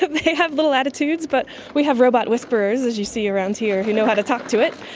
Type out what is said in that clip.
they have little attitudes, but we have robot whisperers, as you see around here, who know how to talk to it.